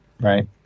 Right